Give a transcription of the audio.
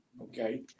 okay